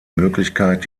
möglichkeit